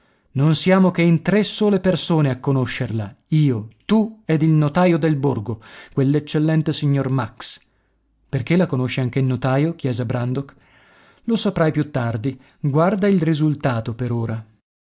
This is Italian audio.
non siamo che in tre sole persone a conoscerla io tu ed il notaio del borgo quell'eccellente signor max perché la conosce anche il notaio chiese brandok lo saprai più tardi guarda il risultato per ora